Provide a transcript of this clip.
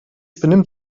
benimmt